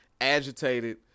agitated